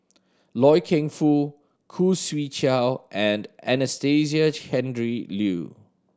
Loy Keng Foo Khoo Swee Chiow and Anastasia Tjendri Liew